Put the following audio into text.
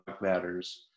matters